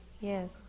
yes